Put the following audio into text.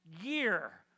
year